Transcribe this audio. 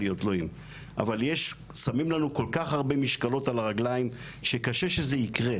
אבל שמים לנו כל כך הרבה משקלות על הרגליים שקשה שזה יקרה,